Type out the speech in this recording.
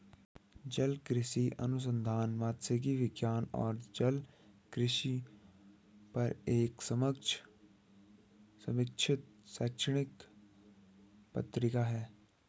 जलकृषि अनुसंधान मात्स्यिकी विज्ञान और जलकृषि पर एक समकक्ष समीक्षित शैक्षणिक पत्रिका है